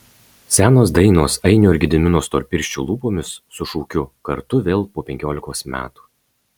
senos dainos ainio ir gedimino storpirščių lūpomis su šūkiu kartu vėl po penkiolikos metų